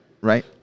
right